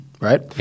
right